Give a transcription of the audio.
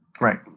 right